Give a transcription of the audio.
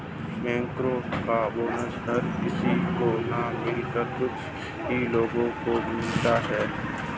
बैंकरो का बोनस हर किसी को न मिलकर कुछ ही लोगो को मिलता है